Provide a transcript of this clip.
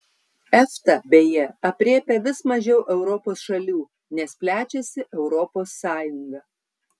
efta beje aprėpia vis mažiau europos šalių nes plečiasi europos sąjunga